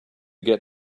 get